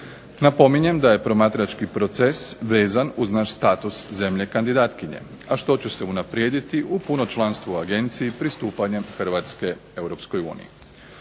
Napominjem da je promatrački proces vezan uz naš status zemlje kandidatkinje, a što će se unaprijediti u puno članstvo u Agenciji pristupanjem Hrvatske EU.